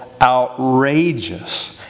outrageous